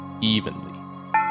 evenly